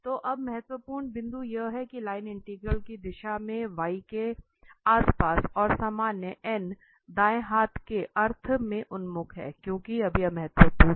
तो अब महत्वपूर्ण बिंदु यह है कि लाइन इंटीग्रल की दिशा में C के आसपास और सामान्य दाएं हाथ के अर्थ में उन्मुख है क्योंकि अब यह महत्वपूर्ण है